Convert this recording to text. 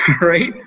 Right